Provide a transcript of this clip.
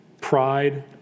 pride